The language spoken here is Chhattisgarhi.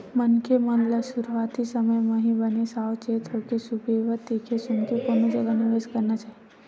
मनखे मन ल सुरुवाती समे म ही बने साव चेत होके सुबेवत देख सुनके कोनो जगा निवेस करना चाही